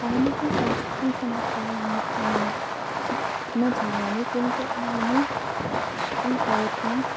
अहमपि संस्कृतं सम्यक्तया न न जानामि किन्तु इदानीं भाषितुम् प्रयत्नं